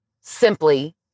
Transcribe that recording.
simply